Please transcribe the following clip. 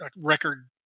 record